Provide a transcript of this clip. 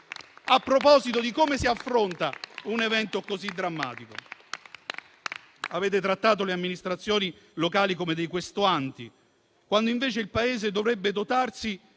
a proposito di come si affronta un evento così drammatico. Avete trattato le amministrazioni locali come dei questuanti, quando invece il Paese dovrebbe dotarsi